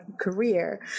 career